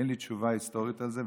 אין לי תשובה היסטורית על זה,